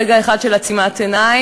רגע אחד של עצימת עיניים,